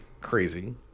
crazy